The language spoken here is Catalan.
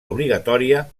obligatòria